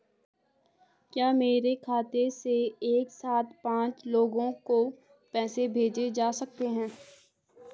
क्या मेरे खाते से एक साथ पांच लोगों को पैसे भेजे जा सकते हैं?